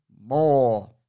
more